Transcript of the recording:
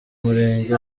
murenge